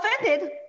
offended